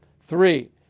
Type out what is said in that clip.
Three